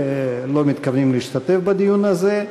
לא מתכוונים להשתתף בדיון הזה.